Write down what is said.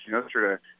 yesterday